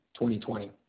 2020